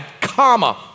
comma